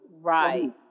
Right